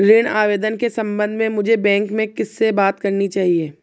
ऋण आवेदन के संबंध में मुझे बैंक में किससे बात करनी चाहिए?